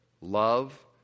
Love